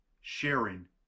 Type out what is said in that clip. sharing